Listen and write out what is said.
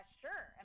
sure